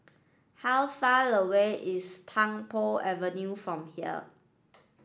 how far away is Tung Po Avenue from here